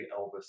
elvis